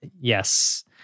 Yes